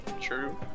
True